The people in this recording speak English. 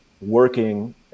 working